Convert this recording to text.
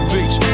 Beach